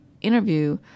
interview